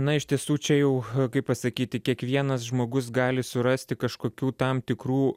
na iš tiesų čia jau kaip pasakyti kiekvienas žmogus gali surasti kažkokių tam tikrų